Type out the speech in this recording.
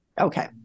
Okay